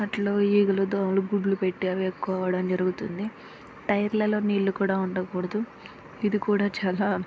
అట్లు ఈగలు దోమలు గుడ్లు పెట్టి అవి ఎక్కువ అవ్వడం జరుగుతుంది టైర్లలో నీళ్ళు కూడా ఉండకూడదు ఇది కూడా చాలా